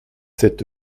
sept